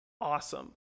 awesome